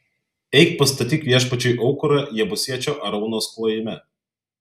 eik pastatyk viešpačiui aukurą jebusiečio araunos klojime